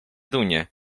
runie